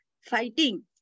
fighting